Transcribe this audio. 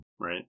right